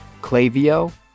Clavio